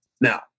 Now